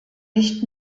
nicht